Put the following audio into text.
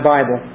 Bible